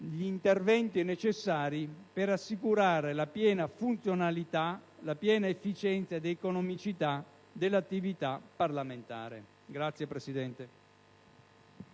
gli interventi necessari per assicurare la piena funzionalità, efficienza ed economicità dell'attività parlamentare. *(Applausi